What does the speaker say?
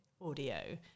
audio